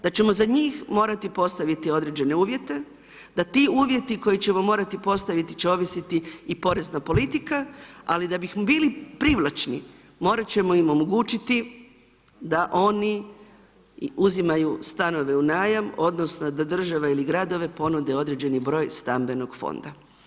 Da ćemo za njih morati postaviti određene uvjete, da ti uvjeti koje ćemo morati postaviti će ovisiti i porezna politika, ali da bi bili privlačni morat ćemo im omogućiti da oni uzimaju stanove u najam, odnosno da države ili gradovi ponude određeni broj stambenog fonda.